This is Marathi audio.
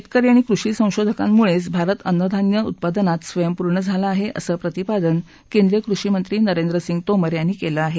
शेतकरी आणि कृषी संशोधकांमुळेच भारत अन्नधान्य उत्पादनात स्वयंपूर्ण झाला आहे असं प्रतिपादन केंद्रीय कृषीमंत्री नरेंद्र सिंग तोमर यांनी केलं आहे